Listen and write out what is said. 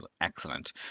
excellent